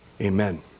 Amen